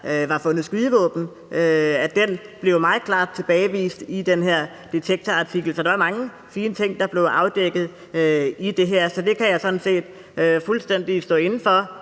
var fundet skydevåben, blev meget klart tilbagevist af Detektor i den pågældende artikel. Så der var mange fine ting, der blev afdækket i det her, og jeg kan sådan set fuldstændig stå inde for,